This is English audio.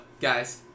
guys